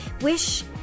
Wish